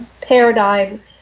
paradigm